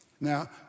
Now